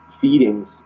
feedings